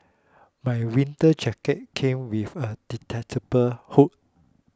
my winter jacket came with a detachable hood